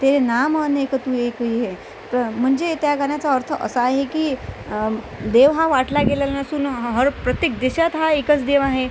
तेरे नाम अनेक तू एकही है त म्हणजे त्या गाण्याचा अर्थ असा आहे की देव हा वाटला गेलेला नसून हर प्रत्येक देशात हा एकच देव आहे